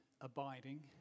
abiding